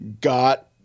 got